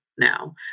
Now